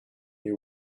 they